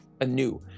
anew